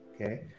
okay